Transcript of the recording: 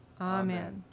amen